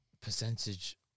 Percentage